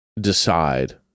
decide